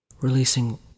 releasing